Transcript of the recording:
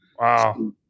Wow